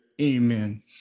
Amen